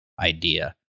idea